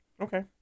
Okay